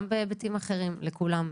גם בהיבטים אחרים לכולם.